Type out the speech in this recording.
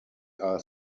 are